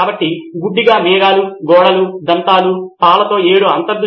professor నిజమే అది మంచి అంశము చాలా మంచి అంశము